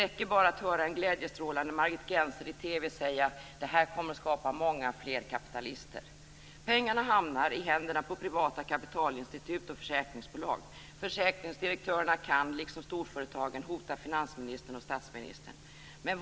Det räcker bara att höra en glädjestrålande Margit Gennser i TV säga: Det här kommer att skapa många fler kapitalister. Pengarna hamnar i händerna på privata kapitalinstitut och försäkringsbolag. Försäkringsdirektörerna kan, liksom storföretagen, hota finansministern och statsministern.